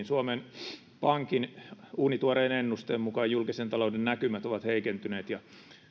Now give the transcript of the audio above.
suomen pankin uunituoreen ennusteen mukaan julkisen talouden näkymät ovat heikentyneet ja